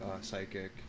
psychic